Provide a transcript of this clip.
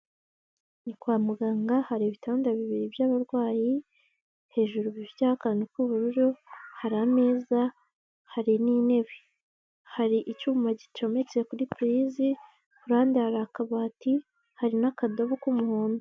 Ni kwa muganga hari ibitanda bibiri by'abarwayi, hejuru bifiteho akantu k'ubururu, hari ameza, hari n'intebe. Hari icyuma gicometse kuri purizi, ku ruhande hari akabati, hari n'akadubo k'umuhondo.